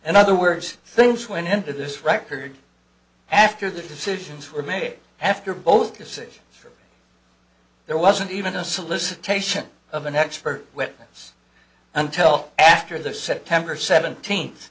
and other words things went into this record after the decisions were made after both decisions there wasn't even a solicitation of an expert witness until after the september seventeenth